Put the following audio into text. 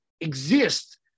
exist